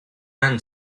end